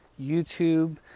YouTube